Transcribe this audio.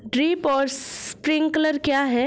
Drip और sprinkler क्या हैं?